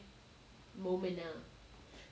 moment ah